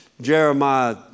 Jeremiah